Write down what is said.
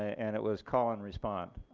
and it was call and response.